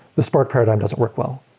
the spark paradigm doesn't work well.